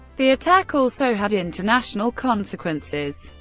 the attack also had international consequences.